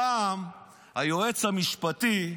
פעם היועץ המשפטי,